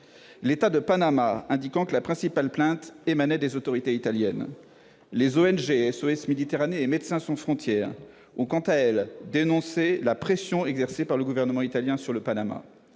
l'État de Panama indiquant que la principale plainte émanait des autorités italiennes. Les ONG SOS Méditerranée et Médecins sans frontières ont dénoncé « la pression » exercée par le gouvernement italien sur le Panama.